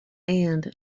and